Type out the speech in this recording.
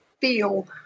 feel